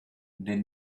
they